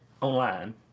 online